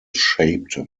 shaped